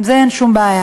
עם זה אין שום בעיה.